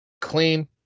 Clean